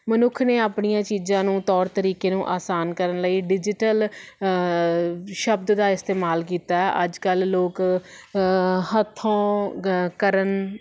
ਮਨੁੱਖ ਨੇ ਆਪਣੀਆਂ ਚੀਜ਼ਾਂ ਨੂੰ ਤੌਰ ਤਰੀਕੇ ਨੂੰ ਆਸਾਨ ਕਰਨ ਲਈ ਡਿਜੀਟਲ ਸ਼ਬਦ ਦਾ ਇਸਤੇਮਾਲ ਕੀਤਾ ਅੱਜ ਕੱਲ੍ਹ ਲੋਕ ਹੱਥੋਂ ਕਰਨ